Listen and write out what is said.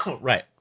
Right